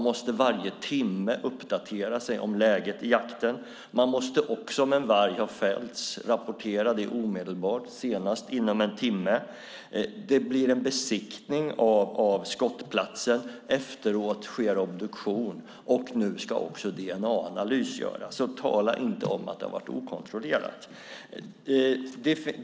De måste varje timme uppdatera sig om läget i jakten. De måste också omedelbart rapportera om en varg fälls - senast inom en timme. Det blir en besiktning av skottplatsen. Efteråt sker obduktion, och nu ska också dna-analys göras. Så tala inte om att det har varit okontrollerat.